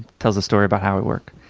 tells the story about how we work.